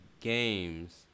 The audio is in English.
games